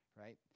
Right